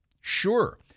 Sure